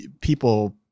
people